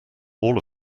all